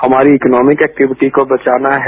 हमारी economic activity को बचाना है